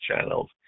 channels